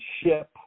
ship